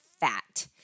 fat